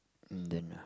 Indian ah